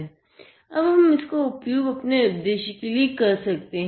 अब हम इसका उपयोग अपने उद्देश्य के लिए कर सकते हैं